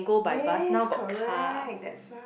yes correct that's right